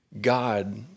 God